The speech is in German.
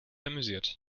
amüsiert